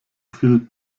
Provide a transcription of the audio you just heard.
viel